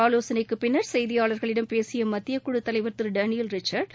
ஆலோசனைக்குப் பின்னர் செய்தியாளர்களிடம் பேசிய மத்தியக் குழு தலைவர் திரு டேனியல் ரிச்சர்டு